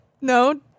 No